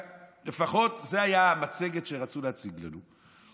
לפחות זו הייתה המצגת שרצו להציג לנו.